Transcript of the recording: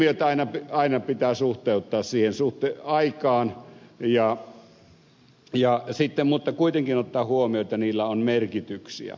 siis ilmiöt pitää aina suhteuttaa siihen aikaan mutta kuitenkin ottaa huomioon että niillä on merkityksiä